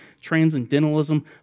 transcendentalism